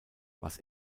was